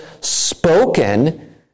spoken